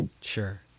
sure